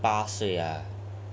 八岁 ah